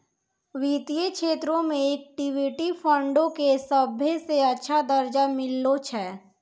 वित्तीय क्षेत्रो मे इक्विटी फंडो के सभ्भे से अच्छा दरजा मिललो छै